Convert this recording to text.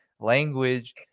language